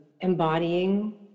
embodying